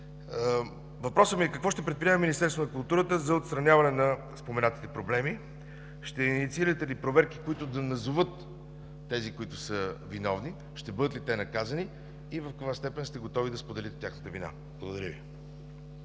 Въпросът ми е: какво ще предприеме Министерството на културата за отстраняване на споменатите проблеми; ще инициирате ли проверки, които да назоват тези, които са виновни; ще бъдат ли наказани те и в каква степен сте готови да споделите тяхната вина? Благодаря Ви.